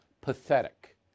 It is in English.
pathetic